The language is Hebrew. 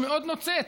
מאוד נוצץ,